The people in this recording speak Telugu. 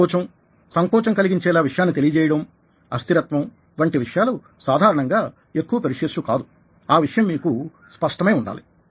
సంకోచం సంకోచం కలిగించేలా విషయాన్ని తెలియజేయడం అస్థిరత్వం వంటి విషయాలు సాధారణంగా ఎక్కువ పెర్స్యుయేసివ్ కాదు ఆ విషయం మీకు స్పష్టమై ఉండాలి